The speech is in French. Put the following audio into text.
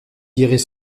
direz